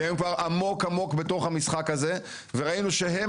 שהם כבר עמוק עמוק בתוך המשחק הזה וראינו שהם